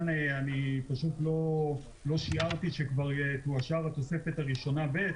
לא שיערתי שכבר תאושר התוספת הראשונה ב',